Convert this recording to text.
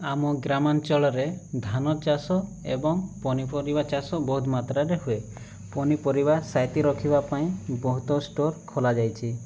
ଆମ ଗ୍ରାମାଞ୍ଚଳରେ ଧାନ ଚାଷ ଏବଂ ପନିପରିବା ଚାଷ ବହୁତ ମାତ୍ରାରେ ହୁଏ ପନିପରିବା ସାଇତି ରଖିବା ପାଇଁ ବହୁତ ଷ୍ଟୋର୍ ଖୋଲାଯାଇଛି